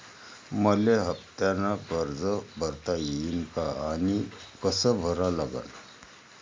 मले हफ्त्यानं कर्ज भरता येईन का आनी कस भरा लागन?